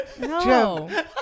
No